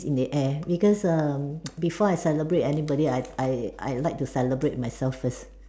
in the air because err before I celebrate anybody I I I like to celebrate myself first